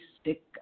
stick